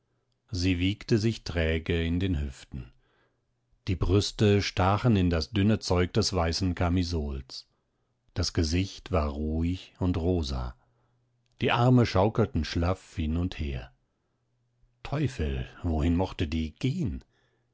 sie wiegte sich träge in den hüften die brüste stachen in das dünne zeug des weißen kamisols das gesicht war ruhig und rosa die arme schaukelten schlaff hin und her teufel wohin mochte die gehen